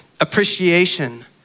appreciation